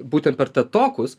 būtent pertatokus